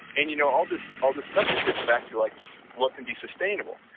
and, you know, all this all this stuff just gets back to like what can be sustainable.